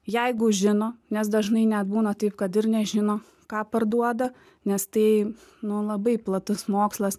jeigu žino nes dažnai net būna taip kad ir nežino ką parduoda nes tai nu labai platus mokslas